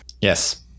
Yes